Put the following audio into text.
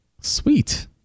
Sweet